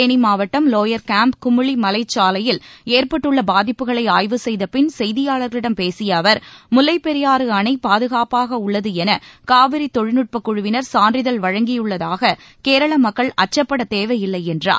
தேனி மாவட்டம் lower camp Kumuli மலைச் சாலையில் ஏற்பட்டுள்ள பாதிப்புகளை ஆய்வு செய்தபின் செய்தியாளர்களிடம் பேசிய அவர் முல்வைப்பெரியாறு அணை பாதுகாப்பாக உள்ளது என காவிரி தொழில்நுட்பக் குழுவினர் சான்றிதழ் வழங்கியுள்ளதாக கேரள மக்கள் அச்சுப்படத் தேவையில்லை என்றார்